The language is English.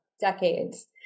decades